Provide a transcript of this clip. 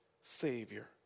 Savior